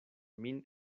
min